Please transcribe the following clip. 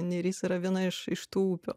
neris yra viena iš iš tų upių